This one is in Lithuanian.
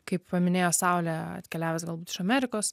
kaip paminėjo saulė atkeliavęs galbūt iš amerikos